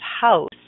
house